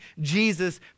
Jesus